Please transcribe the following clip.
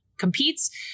competes